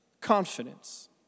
confidence